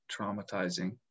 traumatizing